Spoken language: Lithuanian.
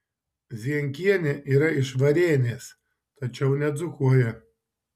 zienkienė yra iš varėnės tačiau nedzūkuoja